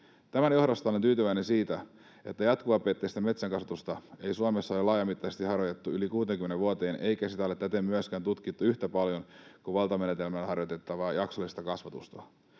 Tämän johdosta olen tyytyväinen siitä, että jatkuvapeitteistä metsänkasvatusta ei Suomessa ole laajamittaisesti harjoitettu yli 60 vuoteen, eikä sitä ole täten myöskään tutkittu yhtä paljon kuin valtamenetelmällä harjoitettavaa jaksollista kasvatusta.